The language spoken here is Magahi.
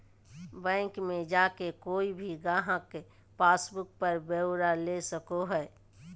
बैंक मे जाके कोय भी गाहक पासबुक पर ब्यौरा ले सको हय